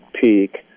peak